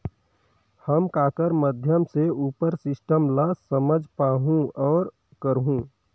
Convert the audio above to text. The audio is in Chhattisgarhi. हम ककर माध्यम से उपर सिस्टम ला समझ पाहुं और करहूं?